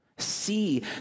See